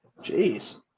Jeez